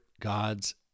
God's